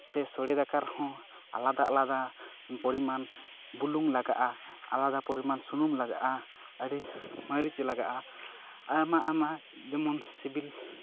ᱥᱮ ᱥᱳᱲᱮ ᱫᱟᱠᱟ ᱠᱚᱦᱚᱸ ᱟᱞᱟᱫᱟ ᱟᱞᱟᱫᱟ ᱯᱚᱨᱤᱢᱟᱱ ᱵᱩᱞᱩᱝ ᱞᱟᱜᱟᱜᱼᱟ ᱟᱞᱟᱫᱟ ᱯᱚᱨᱤᱢᱟᱱ ᱥᱩᱱᱩᱢ ᱞᱟᱜᱟᱜᱼᱟ ᱟᱹᱰᱤ ᱢᱟᱹᱨᱤᱪ ᱞᱟᱜᱟᱜᱼᱟ ᱟᱭᱢᱟ ᱟᱭᱢᱟ ᱡᱮᱢᱚᱱ ᱥᱤᱵᱤᱞ